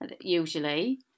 usually